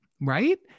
right